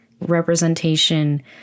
representation